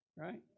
Right